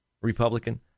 Republican